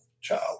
child